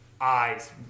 eyes